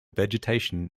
vegetation